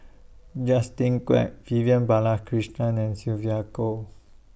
Justin Quek Vivian Balakrishnan and Sylvia Kho